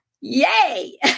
yay